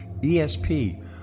ESP